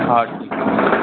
हा ठीकु